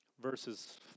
Verses